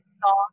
song